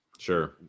Sure